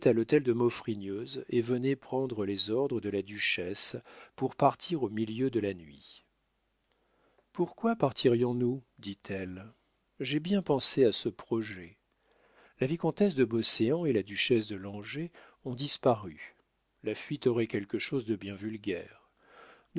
à l'hôtel de maufrigneuse et venait prendre les ordres de la duchesse pour partir au milieu de la nuit pourquoi partirions nous dit-elle j'ai bien pensé à ce projet la vicomtesse de bauséant et la duchesse de langeais ont disparu ma fuite aurait quelque chose de bien vulgaire